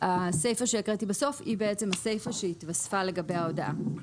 הסיפה שהקראתי בסוף היא הסיפה שהתווספה לגבי ההודעה.